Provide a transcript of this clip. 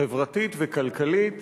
חברתית וכלכלית